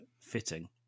fitting